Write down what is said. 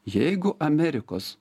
jeigu amerikos